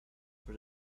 for